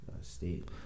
State